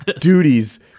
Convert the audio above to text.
duties